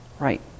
Right